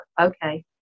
Okay